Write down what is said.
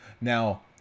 now